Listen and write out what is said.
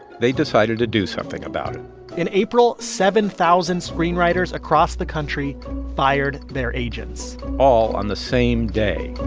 they decided to do something about it in april, seven thousand screenwriters across the country fired their agents all on the same day